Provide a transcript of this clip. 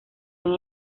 han